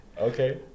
Okay